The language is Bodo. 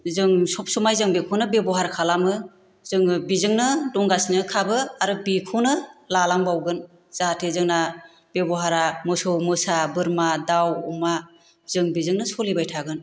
जों सब समाय जों बेखौनो बेब'हार खालामो जोङो बेजोंनो दंगासिनो खाबो आरो बेखौनो लालांबावगोन जाहाथे जोंना बेबहारा मोसौ मोसा बोरमा दाउ अमा जों बेजोंनो सलिबाय थागोन